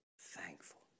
thankful